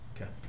Okay